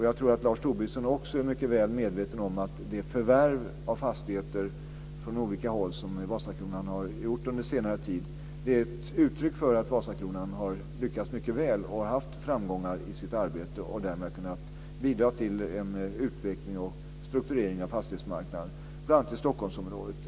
Jag tror att Lars Tobisson också är mycket väl medveten om att det förvärv av fastigheter från olika håll som Vasakronan har gjort under senare tid är ett uttryck för att Vasakronan lyckats mycket väl och haft framgångar i sitt arbete och därmed kunnat bidra till en utveckling och strukturering av fastighetsmarknaden, bl.a. i Stockholmsområdet.